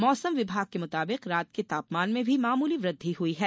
मौसम विभाग के मुताबिक रात के तापमान में भी मामूली वृद्धि हुई है